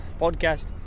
podcast